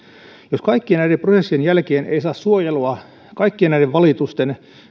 jos kaikkien näiden prosessien jälkeen ei saa suojelua kaikkien näiden valitusten